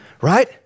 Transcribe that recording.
right